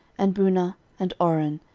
and bunah, and oren,